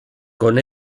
con